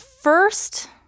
first